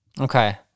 Okay